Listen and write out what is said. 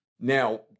now